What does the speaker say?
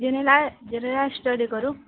general general study କରୁ